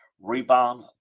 rebound